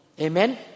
Amen